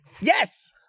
Yes